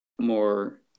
more